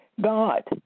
God